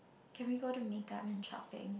can we go to makeup and shopping